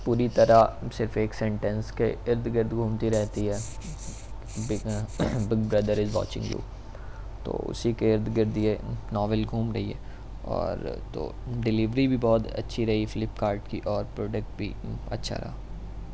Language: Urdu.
پوری طرح صرف ایک سینٹینس کے ارد گرد گھومتی رہتی ہے big big brother is watching you تو اسی کے ارد گرد یہ ناول گھوم رہی ہے اور تو ڈلیوری بھی بہت اچھی رہی فلپکارٹ کی اور پروڈکٹ بھی اچھا رہا